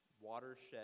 watershed